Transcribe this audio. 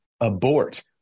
abort